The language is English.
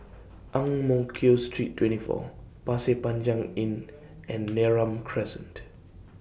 Ang Mo Kio Street twenty four Pasir Panjang Inn and Neram Crescent